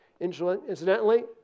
Incidentally